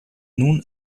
nun